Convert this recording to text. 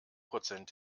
prozent